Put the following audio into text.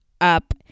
Up